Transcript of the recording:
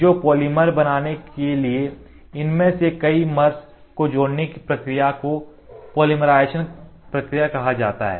तो पॉलीमर बनाने के लिए इनमें से कई मरश को जोड़ने की प्रक्रिया को पॉलीमराइज़ेशन प्रक्रिया कहा जाता है